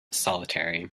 solitary